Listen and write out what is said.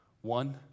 One